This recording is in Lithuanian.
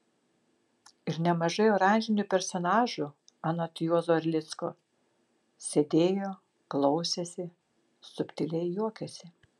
ir nemažai oranžinių personažų anot juozo erlicko sėdėjo klausėsi subtiliai juokėsi